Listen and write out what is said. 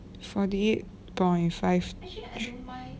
forty eight point five